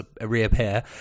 reappear